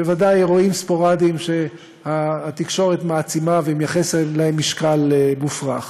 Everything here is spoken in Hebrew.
בוודאי לאירועים ספורדיים שהתקשורת מעצימה ומייחסת להם משקל מופרך,